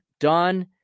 done